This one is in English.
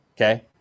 Okay